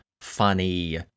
funny